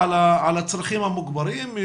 על הצרכים המוגברים,